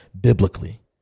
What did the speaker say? biblically